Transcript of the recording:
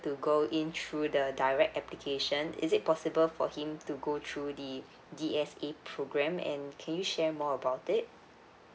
to go in through the direct application is it possible for him to go through the D_S_A program and can you share more about it